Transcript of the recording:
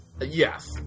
Yes